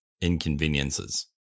inconveniences